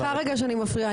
סליחה שאני מפריעה,